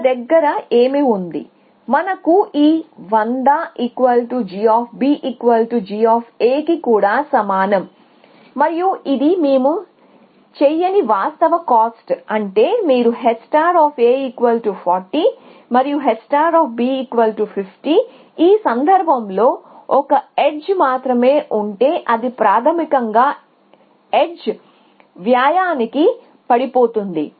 మన దగ్గర ఏమి ఉంది మనకు ఈ 100g g కి కూడా సమానం మరియు ఇది మేము చేయని వాస్తవ కాస్ట్ అంటే మీరు h 40 మరియు h 50 ఈ సందర్భంలో ఒక ఎడ్జ్ మాత్రమే ఉంటే అది ప్రాథమికంగా ఎడ్జ్ వ్యయానికి పడిపోతుంది